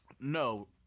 no